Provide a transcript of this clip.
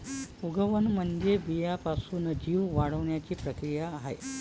उगवण म्हणजे बियाण्यापासून जीव वाढण्याची प्रक्रिया आहे